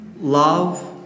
love